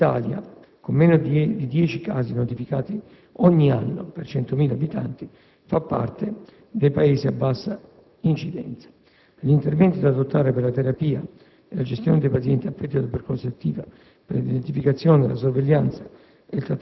L'Italia, con meno di 10 casi notificati ogni anno per 100.000 abitanti, fa parte dei Paesi a bassa incidenza. Gli interventi da adottare per la terapia e la gestione dei pazienti affetti da tubercolosi attiva, per l'identificazione, la sorveglianza